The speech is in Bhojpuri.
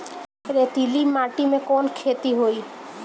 रेतीली माटी में कवन खेती होई?